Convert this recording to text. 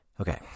Okay